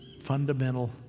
fundamental